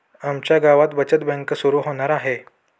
आमच्या गावात बचत बँक सुरू होणार आहे